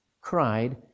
cried